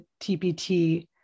TPT